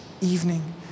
evening